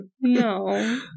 No